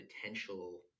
potential